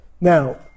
Now